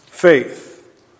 Faith